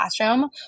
classroom